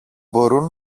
μπορούν